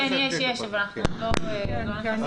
כן, יש, אבל אנחנו עוד לא נכנסים לזה.